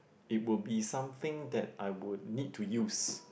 it would be something that I would need to use